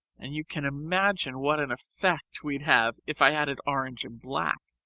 and you can imagine what an effect we'd have if i added orange and black.